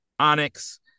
Onyx